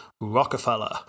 Rockefeller